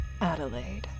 Adelaide